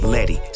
Letty